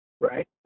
right